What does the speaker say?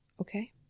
Okay